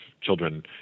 children